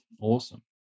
Awesome